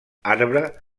arbre